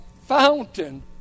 fountain